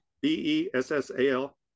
B-E-S-S-A-L